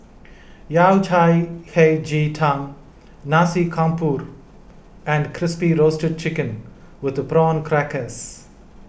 Yao Cai Hei Ji Tang Nasi Campur and Crispy Roasted Chicken with Prawn Crackers